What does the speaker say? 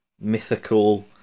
mythical